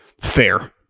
fair